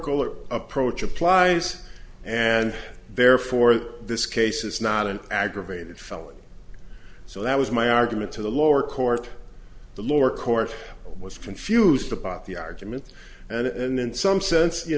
or approach applies and therefore this case is not an aggravated felony so that was my argument to the lower court the lower court was confused about the argument and in some sense you